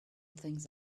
things